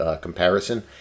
comparison